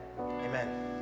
Amen